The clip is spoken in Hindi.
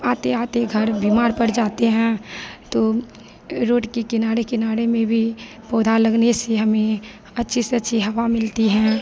आते आते घर बीमार पड़ जाते हैं तो रुड के किनारे किनारे में भी पौधा लगने से हमें अच्छी स अच्छी हवा मिलती है